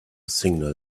signal